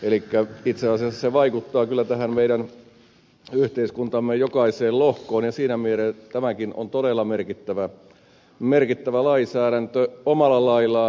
elikkä itse asiassa se vaikuttaa kyllä yhteiskuntamme jokaiseen lohkoon ja siinä mielessä tämäkin on todella merkittävä lainsäädäntö omalla laillaan